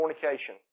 fornication